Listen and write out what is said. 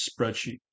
spreadsheet